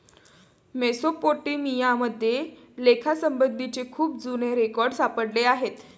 Mesopotamia मध्ये लेखासंबंधीचे खूप जुने रेकॉर्ड सापडले आहेत